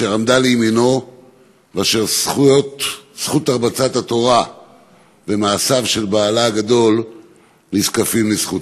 שעמדה לימינו ואשר הרבצת התורה ומעשיו של בעלה הגדול נזקפים לזכותה.